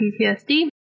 PTSD